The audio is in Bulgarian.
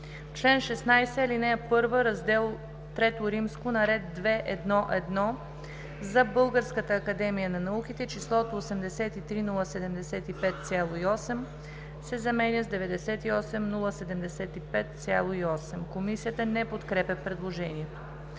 чл. 16% ал. 1, раздел III, на ред 2.1.1. за Българската академия на науките числото „83 075,8“ се заменя с „98 075,8“.“ Комисията не подкрепя предложението.